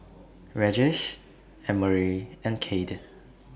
Regis Emory and Cade